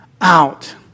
out